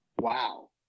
wow